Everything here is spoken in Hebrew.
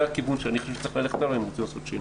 זה הכיוון שאני חושב שצריך ללכת אליו אם רוצים לעשות שינוי.